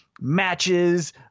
matches